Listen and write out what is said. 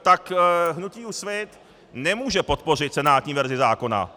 Tak hnutí Úsvit nemůže podpořit senátní verzi zákona.